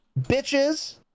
Bitches